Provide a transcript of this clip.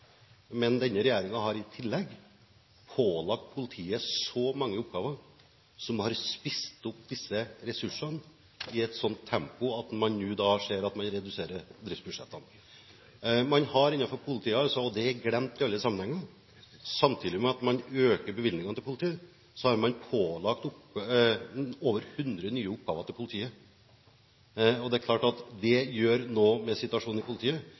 men denne regjeringen har i tillegg pålagt politiet så mange oppgaver, som har spist opp disse ressursene i et sånt tempo, at man nå ser at man reduserer driftsbudsjettene. Man har altså – og det er glemt i alle sammenhenger – samtidig med at man har økt bevilgningene, pålagt politiet over 100 nye oppgaver. Det er klart at det gjør noe med situasjonen i politiet.